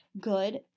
good